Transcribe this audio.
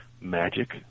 Magic